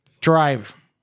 drive